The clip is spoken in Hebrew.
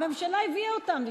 הממשלה הביאה אותם לשם,